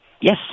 Yes